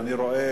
ואני רואה,